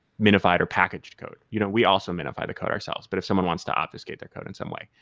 minified or packaged code. you know we also minify the code ourselves, but if someone wants to obfuscate that code in some way.